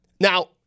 Now